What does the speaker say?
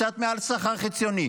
קצת מעל שכר חציוני,